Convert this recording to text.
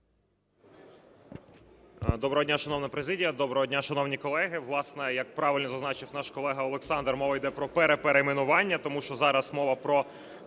Доброго дня, шановна президія. Доброго дня, шановні колеги. Власне, як правильно зазначив наш колега Олександр, мова йде про переперейменування. Тому що зараз мова про